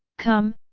come,